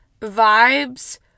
vibes